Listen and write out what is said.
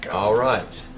all right.